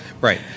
Right